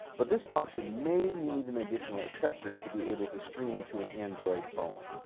but this function may need an additional accessory to be able to stream to an android phone.